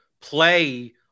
play